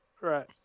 right